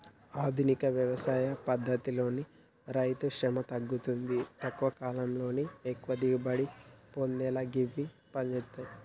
ఆధునిక వ్యవసాయ పద్దతితో రైతుశ్రమ తగ్గుతుంది తక్కువ కాలంలో ఎక్కువ దిగుబడి పొందేలా గివి పంజేత్తయ్